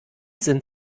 sind